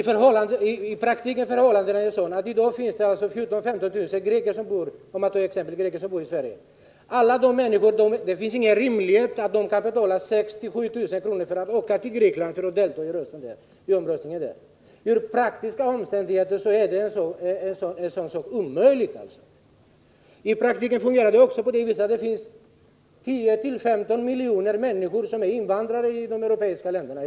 Fru talman! Daniel Tarschys pratar i nattmössan. I dag bor 14 000-15 000 greker i Sverige. I praktiken är förhållandena sådana att det är helt omöjligt för dem att åka till Grekland och delta i ett val där, eftersom resan skulle kosta dem 6 000 å 7 000 kr. Det finns i dag 10-15 miljoner invandrare i de europeiska länderna.